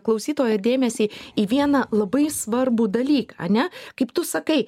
klausytojo dėmesį į vieną labai svarbų dalyką ane kaip tu sakai